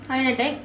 higher NITEC